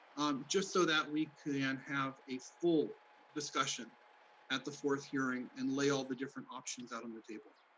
just so that we can have a full discussion at the fourth hearing, and lay all the different options out on the table.